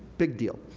big deal.